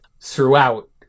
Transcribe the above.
throughout